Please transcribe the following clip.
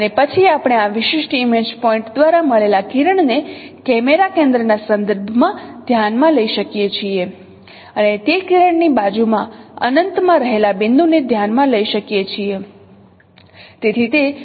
અને પછી આપણે આ વિશિષ્ટ ઇમેજ પોઇન્ટ દ્વારા મળેલા કિરણને કેમેરા કેન્દ્રના સંદર્ભમાં ધ્યાનમાં લઈ શકીએ છીએ અને તે કિરણની બાજુમાં અનંતમાં રહેલા બિંદુને ધ્યાનમાં લઈ શકીએ છીએ